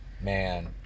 Man